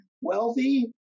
wealthy